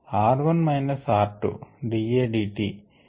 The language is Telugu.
r1 minus r 2 d A d t